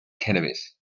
cannabis